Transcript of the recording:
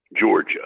Georgia